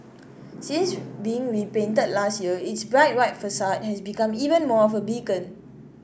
since being repainted last year its bright white facade has become even more of a beacon